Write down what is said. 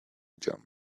jump